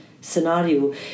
scenario